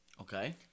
Okay